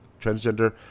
Transgender